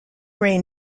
rain